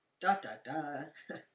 Da-da-da